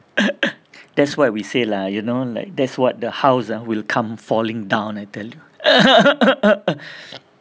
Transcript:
that's why we say lah you know like that's what the house ah will come falling down I tell you